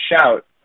shout